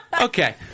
Okay